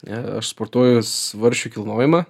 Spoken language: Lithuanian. ne aš sportuoju svarsčių kilnojimą